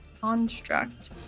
construct